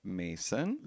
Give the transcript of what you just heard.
mason